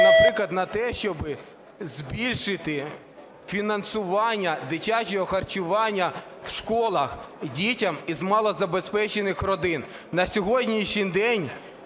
наприклад, на те, щоб збільшити фінансування дитячого харчування в школах дітям із малозабезпечених родин. На сьогоднішній день